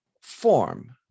form